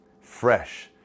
fresh